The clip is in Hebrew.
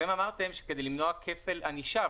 אתם אמרתם שכדי למנוע כפל ענישה,